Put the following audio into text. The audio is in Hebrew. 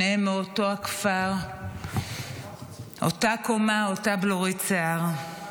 שניהם מאותו הכפר, אותה קומה, אותה בלורית שיער.